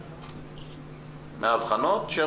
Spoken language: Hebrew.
מהאבחנות?